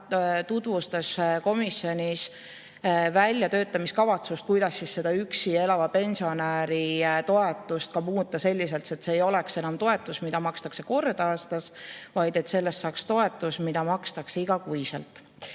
tutvustas komisjonis väljatöötamiskavatsust, kuidas üksi elava pensionäri toetust muuta selliselt, et see ei oleks enam toetus, mida makstakse kord aastas, vaid sellest saaks toetus, mida makstakse iga kuu.